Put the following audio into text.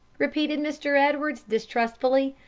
repeated mr. edwards, distrustfully.